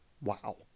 Wow